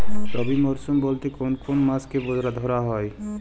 রবি মরশুম বলতে কোন কোন মাসকে ধরা হয়?